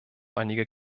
einige